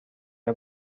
are